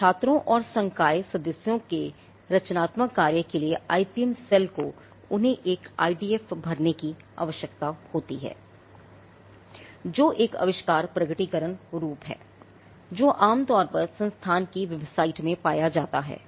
छात्रों और संकाय सदस्यों के रचनात्मक कार्य के लिए आईपीएम सेल को उन्हें एक आईडीएफ भरने की आवश्यकता होती है जो एक आविष्कार प्रकटीकरण रूप है जो आमतौर पर संस्थान की वेबसाइट में पाया जाता है